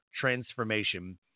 transformation